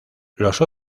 los